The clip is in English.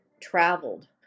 traveled